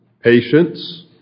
patience